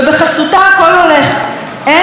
אין גזענות שלא מחליקה בגרון,